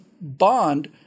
bond